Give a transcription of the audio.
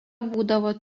būdavo